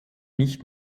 nicht